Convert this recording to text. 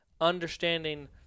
understanding